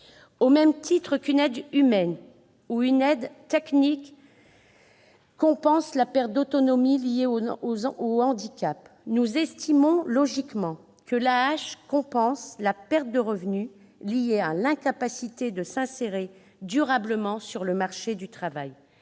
Au même titre qu'une aide humaine ou une aide technique compense la perte d'autonomie liée au handicap, nous estimons logiquement que l'AAH compense la perte de revenu liée à l'incapacité de s'insérer durablement sur le marché du travail.